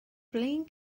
flin